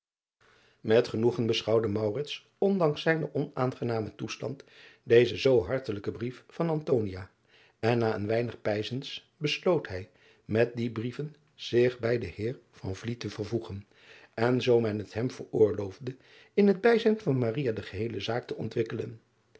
et genoegen beschouwde ondanks zijnen onaangenamen toestand dezen zoo hartelijken brief van en na een weinig peinzens besloot hij met die brieven zich bij den eer te vervoegen en zoo men het hem veroorloofde in het bijzijn van de geheele zaak te ontwikkelen